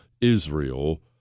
Israel